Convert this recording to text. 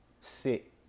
sit